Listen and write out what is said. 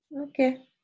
Okay